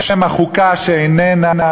בשם החוקה שאיננה.